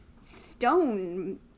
stone